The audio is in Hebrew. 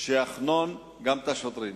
שיחנון גם את השוטרים.